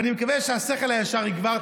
ואני מקווה שהשכל הישר יגבר,